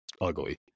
ugly